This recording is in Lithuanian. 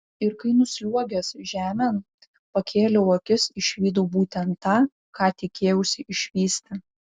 ir kai nusliuogęs žemėn pakėliau akis išvydau būtent tą ką tikėjausi išvysti